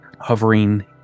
hovering